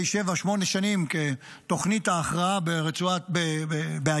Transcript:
שבע-שמונה שנים תוכנית ההכרעה באיו"ש,